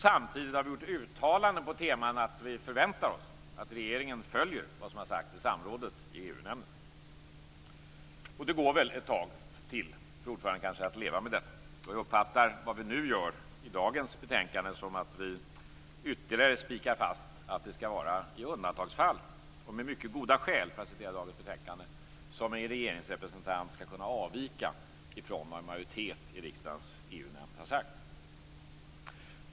Samtidigt har vi gjort uttalanden på temat att vi förväntar oss att regeringen följer vad som har sagts i samrådet i EU-nämnden. Det går väl kanske, fru talman, att leva med detta ett tag till. Jag uppfattar att vad vi nu gör i dagens betänkande är att vi ytterligare spikar fast att det skall vara i undantagsfall och med mycket goda skäl, för att citera dagens betänkande, som en regeringsrepresentant skall kunna avvika från vad en majoritet i riksdagens EU-nämnd har sagt.